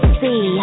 see